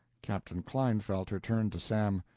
captain klinefelter turned to sam.